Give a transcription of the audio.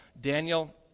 Daniel